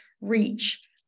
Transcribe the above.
reach